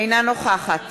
אינה נוכחת